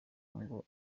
ngo